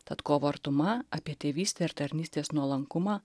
tad kovo artuma apie tėvystę ir tarnystės nuolankumą